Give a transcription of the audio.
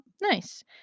Nice